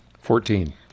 fourteen